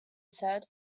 said